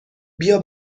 بیا